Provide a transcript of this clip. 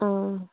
ꯑꯥ